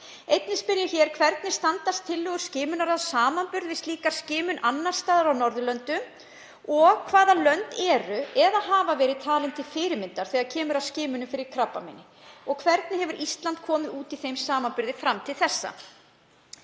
Einnig spyr ég: „Hvernig standast tillögur skimunarráðs samanburð við slíka skimun annars staðar á Norðurlöndunum? Hvaða lönd eru eða hafa verið talin til fyrirmynda þegar kemur að skimun fyrir krabbameini? Hvernig hefur Ísland komið út í þeim samanburði fram til þessa?“